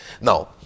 Now